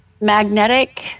magnetic